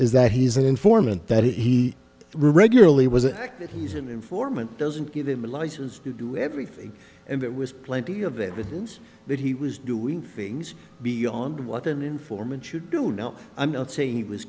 is that he is an informant that he regularly was an active he's an informant doesn't give him a license to do everything and it was plenty of evidence that he was doing things beyond what an informant should do now i'm not saying he was